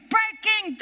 Breaking